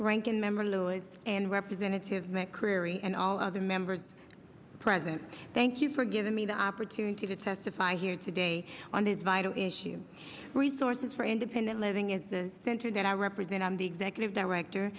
ranking member louise and representative mccreary and all other members present thank you for giving me the opportunity to testify here today on this vital issue resources for independent living is the center that i represent i'm the executive director